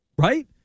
Right